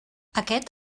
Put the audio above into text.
aquest